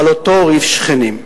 על אותו ריב שכנים,